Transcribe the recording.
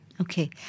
Okay